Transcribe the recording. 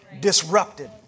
Disrupted